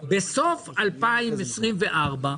בסוף 2024,